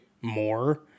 more